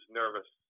nervous